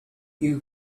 you